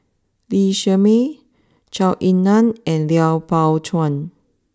Lee Shermay Zhou Ying Nan and Lui Pao Chuen